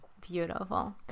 beautiful